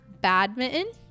Badminton